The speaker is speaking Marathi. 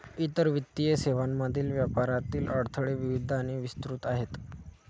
इतर वित्तीय सेवांमधील व्यापारातील अडथळे विविध आणि विस्तृत आहेत